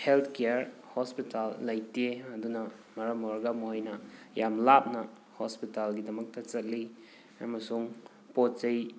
health care hospital ꯂꯩꯇꯦ ꯑꯗꯨꯅ ꯃꯔꯝ ꯑꯣꯏꯔꯒ ꯃꯣꯏꯅ ꯌꯥꯝ ꯂꯥꯞꯅ ꯍꯣꯁꯄꯤꯇꯥꯜꯒꯤꯗꯃꯛꯇ ꯆꯠꯂꯤ ꯑꯃꯁꯨꯡ ꯄꯣꯠꯆꯩ